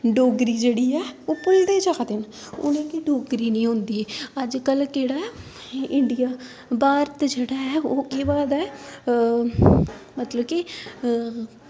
डोगरी जेह्ड़ी ऐ ओह् भुल्लदे जा दे न उ'नेंगी डोगरी निं औंदी अज्ज कल केह्ड़ा ऐ इंडिया भारत जेह्ड़ा ऐ ओह् केह् होआ दा ऐ मतलब कि